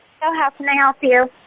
hello, how can i help you?